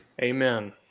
Amen